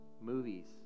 Movies